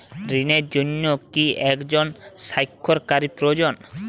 ঋণের জন্য কি একজন স্বাক্ষরকারী প্রয়োজন?